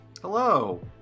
Hello